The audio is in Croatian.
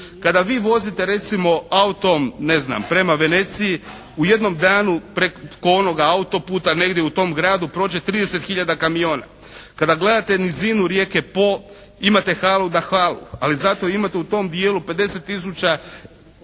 Kada vi vozite recimo autom prema Veneciji u jednom danu preko onoga autoputa negdje u tom gradu prođe 30 hiljada kamiona. Kada gledate nizinu rijeke Po imate … /Ne razumije se./ … ali zato imate u tom dijelu 50 tisuća